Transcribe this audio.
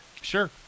Sure